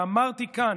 אמרתי כאן,